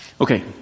Okay